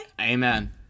Amen